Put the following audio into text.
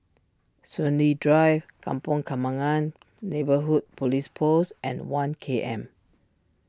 Soon Lee Drive Kampong Kembangan Neighbourhood Police Post and one K M